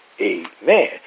amen